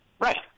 Right